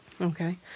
Okay